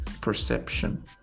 perception